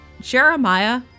Jeremiah